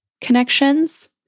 connections